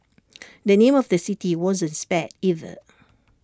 the name of the city wasn't spared either